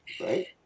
right